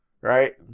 Right